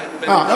כן, במידת, אוקיי.